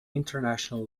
international